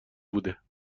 بوده